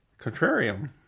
Contrarium